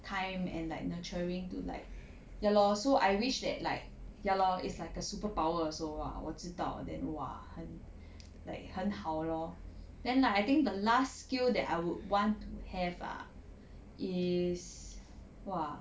time and like nurturing to like ya lor so I wish that like ya lor it's like a superpower also !wah! 我知道 then !wah! 很 like 很好 lor then like I think the last skill that I would want to have ah is !wah!